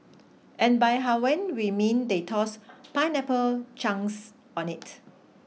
and by Hawaiian we mean they tossed pineapple chunks on it